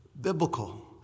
Biblical